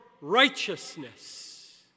righteousness